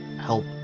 help